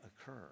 occur